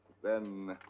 then.